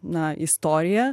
na istorija